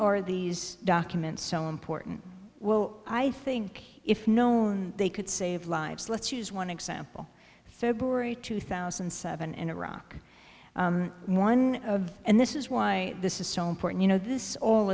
are these documents so important well i think if known they could save lives let's use one example february two thousand and seven in iraq one of the and this is why this is so important you know this all